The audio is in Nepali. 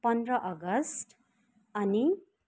पन्ध्र अगस्ट अनि